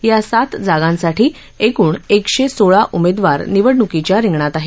या सात जागांसाठी एकूण एकशे सोळा उमेदवार निवडणुकीच्या रिंगणात आहेत